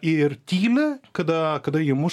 ir tyli kada kada jį muš